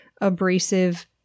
abrasive-